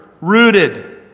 rooted